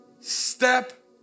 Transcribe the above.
Step